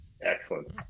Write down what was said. Excellent